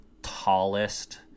tallest